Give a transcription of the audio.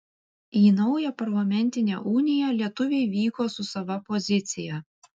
į naują parlamentinę uniją lietuviai vyko su sava pozicija